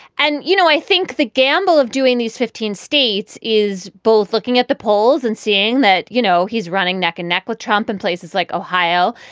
and, you know, i think the gamble of doing these fifteen states is both looking at the polls and seeing that, you know, he's running neck and neck with trump in places like ohio.